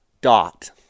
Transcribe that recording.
dot